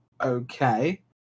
Okay